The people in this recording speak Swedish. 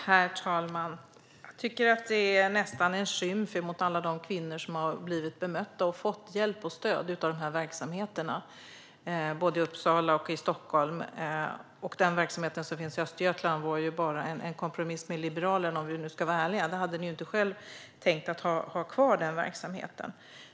Herr talman! Detta är nästan en skymf mot alla de kvinnor som har fått hjälp och stöd av dessa verksamheter i Uppsala och i Stockholm. Verksamheten i Östergötland var en kompromiss med Liberalerna - om vi ska vara ärliga. Ni hade inte själva tänkt att ha kvar den verksamheten.